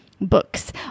books